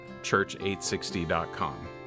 church860.com